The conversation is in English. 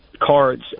cards